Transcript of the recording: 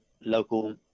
local